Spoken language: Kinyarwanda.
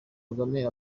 kagame